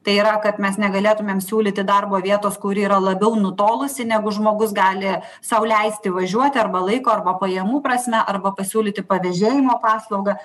tai yra kad mes negalėtumėm siūlyti darbo vietos kuri yra labiau nutolusi negu žmogus gali sau leisti važiuoti arba laiko arba pajamų prasme arba pasiūlyti pavežėjimo paslaugą